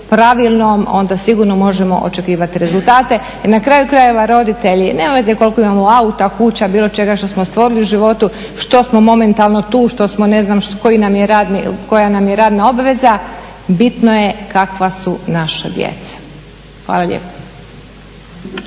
onda sigurno možemo očekivati rezultate. I na kraju krajeva roditelji, nema veze koliko imamo auta, kuća, bilo čega što smo stvorili u životu, što smo momentalno tu, što smo, ne znam, koja nam je radna obveza, bitno je kakva su naša djeca. Hvala lijepo.